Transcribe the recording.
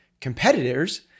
competitors